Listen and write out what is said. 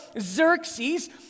Xerxes